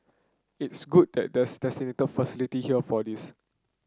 it's good that there's designated facility here for this